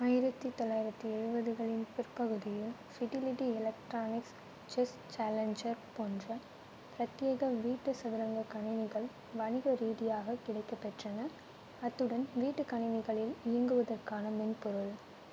ஆயிரத்து தொள்ளாயிரத்து எழுபதுகளின் பிற்பகுதியில் ஃபிடிலிட்டி எலக்ட்ரானிக்ஸ் செஸ் சேலஞ்சர் போன்ற பிரத்யேக வீட்டு சதுரங்க கணினிகள் வணிகரீதியாக கிடைக்கப் பெற்றன அத்துடன் வீட்டு கணினிகளில் இயங்குவதற்கான மென்பொருள்